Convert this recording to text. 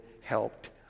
helped